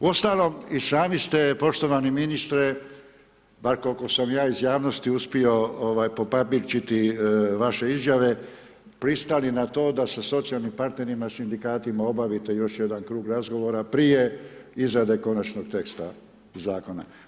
Uostalom i sami ste poštovani ministre, bar koliko sam ja iz javnosti uspio popapričiti vaše izjave pristali na to da sa socijalnim partnerima, sindikatima obavite još jedan krug razgovora prije izrade konačnog teksta zakona.